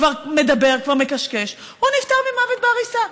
כבר מדבר, כבר מקשקש, הוא נפטר ממוות בעריסה.